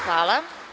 Hvala.